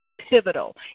pivotal